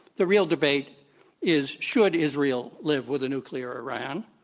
the real debate is, should israel live with a nuclear iran.